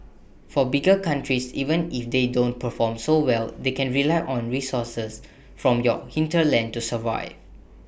for bigger countries even if they don't perform so well they can rely on the resources from your hinterland to survive